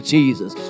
Jesus